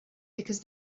because